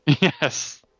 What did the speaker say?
Yes